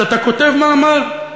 שאתה כותב מאמר,